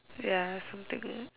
ya something